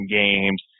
games